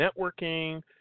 networking